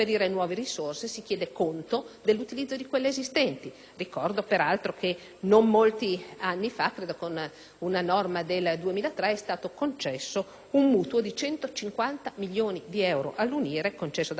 non molti anni fa con una norma del 2003 è stato concesso un mutuo di 150 milioni di euro all'UNIRE dalla Cassa depositi e prestiti con oneri a parziale carico dello Stato.